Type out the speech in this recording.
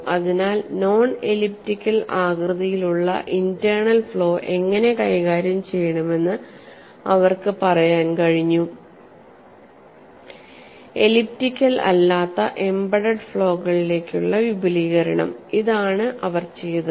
അതിനാൽ non elliptical ആകൃതിയിലുള്ള internal flow എങ്ങനെ കൈകാര്യം ചെയ്യണമെന്ന് അവർക്ക് പറയാൻ കഴിഞ്ഞു എലിപ്റ്റിക്കൽ അല്ലാത്ത എംബഡെഡ് ഫ്ലോകളിലേക്കുള്ള വിപുലീകരണം ഇതാണ് അവർ ചെയ്തത്